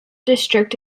district